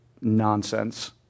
Nonsense